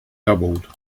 doubled